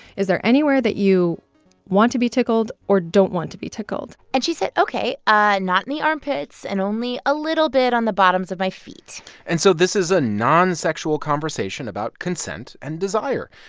is there anywhere that you want to be tickled or don't want to be tickled? and she said, ok, ah not in the armpits and only a little bit on the bottoms of my feet and so this is a non-sexual conversation about consent and desire.